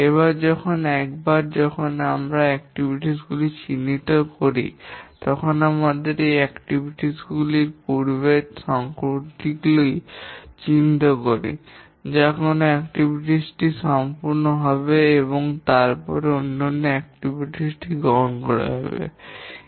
এবং একবার যখন আমরা কার্যক্রম গুলি চিহ্নিত করি তখন আমরা এই কার্যক্রম গুলির মধ্যে পূর্বের সম্পর্কগুলি চিহ্নিত করি যা কোন কার্যক্রম টি সম্পূর্ণ হবে তারপরে অন্যান্য কার্যক্রম টি গ্রহণ করা যেতে পারে